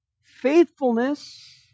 faithfulness